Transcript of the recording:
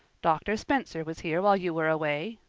doctor spencer was here while you were away,